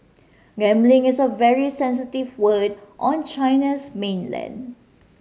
gambling is a very sensitive word on China's mainland